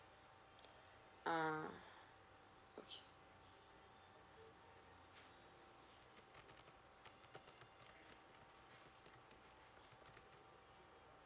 ah okay